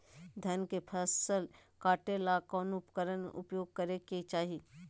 धान के फसल काटे ला कौन उपकरण उपयोग करे के चाही?